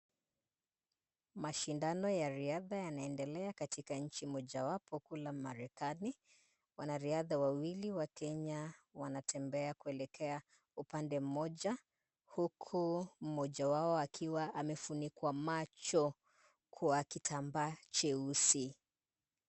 Mashindano ya riadha yanaendelea katika nchi mojawapo kule marekani. Wanariadha wawili wa Kenya wanatembea kuelekea upande mmoja, huku mmoja wao akiwa amefunikwa macho kwa kitambaa cheusi.